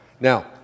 Now